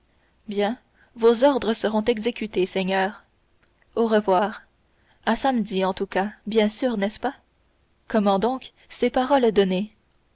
bien vos ordres seront exécutés seigneur au revoir à samedi en tout cas bien sûr n'est-ce pas comment donc c'est parole